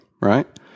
right